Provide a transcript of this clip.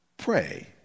Pray